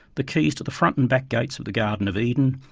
the keys to the front and back gates of the garden of eden,